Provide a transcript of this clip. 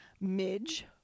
Midge